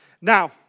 Now